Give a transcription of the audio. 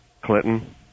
Clinton